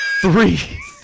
Three